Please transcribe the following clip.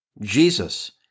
Jesus